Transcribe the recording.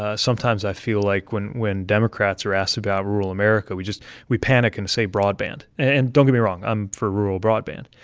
ah sometimes i feel like when when democrats are asked about rural america, we just we panic and say broadband. and don't get me wrong, i'm for rural broadband.